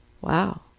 wow